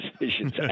decisions